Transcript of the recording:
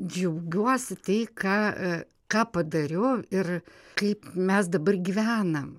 džiaugiuosi tai ką ką padariau ir kaip mes dabar gyvenam